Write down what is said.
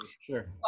Sure